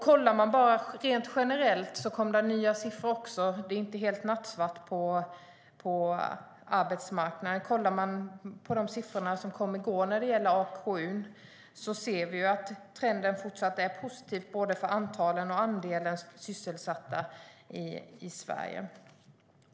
Även rent generellt finns det nya siffror att ta del av. Det är inte helt nattsvart på arbetsmarknaden. Kollar man på de siffror som kom i går när det gäller AKU ser man att trenden är fortsatt positiv både för antalet och för andelen sysselsatta i Sverige.